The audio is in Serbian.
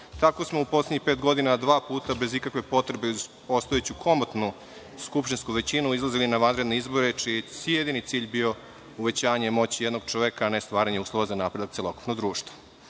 Tako smo u poslednjih pet godina dva puta bez ikakve potrebe, uz postojeću, komotnu, skupštinsku većini, izlazili na vanredne izbore, čiji je jedini cilj bio uvećanje moći jednog čoveka, a ne stvaranje uslova za napredovanje celokupnog društva. Sada